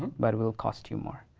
but it will cost you more.